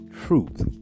truth